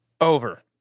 Over